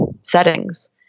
settings